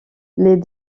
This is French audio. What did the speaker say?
les